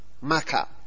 maka